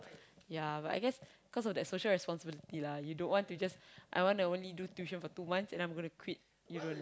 ya but I guess cause of that social responsibility lah you don't want to just I want to only do tuition for two months and I'm going to quit you don't know